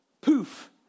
Poof